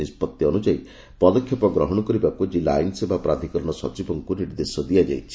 ନିଷ୍ବଭି ଅନୁଯାୟୀ ପଦକ୍ଷେପ ଗ୍ରହଶ କରିବାକୁ ଜିଲ୍ଲା ଆଇନ୍ ସେବା ପ୍ରାଧିକରଣ ସଚିବଙ୍କୁ ନିର୍ଦ୍ଦେଶ ଦିଆଯାଇଛି